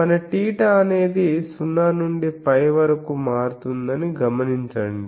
మన θ అనేది 0 నుండి π వరకు మారుతుందని గమనించండి